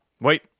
Wait